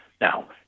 Now